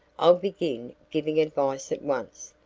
i'll begin giving advice at once.